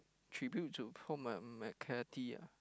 tribute to Paul Mc Mc McCathy ah